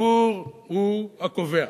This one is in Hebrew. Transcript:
הניכור הוא הקובע